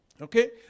Okay